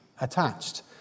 attached